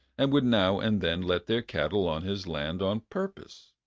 and would now and then let their cattle on his land on purpose.